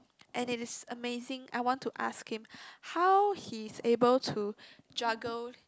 and it is amazing I want to ask him how he's able to juggle